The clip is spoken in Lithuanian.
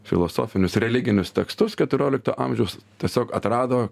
filosofinius religinius tekstus keturiolikto amžiaus tiesiog atrado